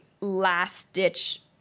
last-ditch